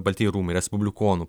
baltieji rūmai respublikonų